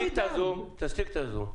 בלי --- תשתיק את הזום.